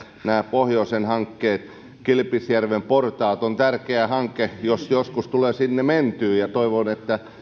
pohjoisen hankkeet kilpisjärven portaat ovat tärkeä hanke jos joskus tulee sinne mentyä ja toivon että